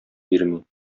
бирми